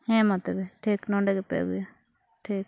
ᱦᱮᱸ ᱢᱟ ᱛᱚᱵᱮ ᱴᱷᱤᱠ ᱱᱚᱸᱰᱮ ᱜᱮᱯᱮ ᱟᱹᱜᱩᱭᱟ ᱴᱷᱤᱠ